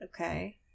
Okay